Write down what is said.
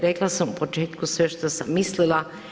Rekla sam u početku sve što sam mislila.